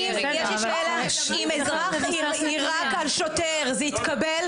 אם אזרח יירק על שוטר, זה יתקבל?